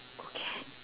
okay